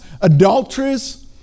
adulteries